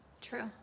True